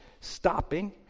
stopping